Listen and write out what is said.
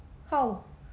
how